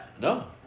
No